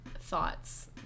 thoughts